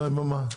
ומה?